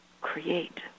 create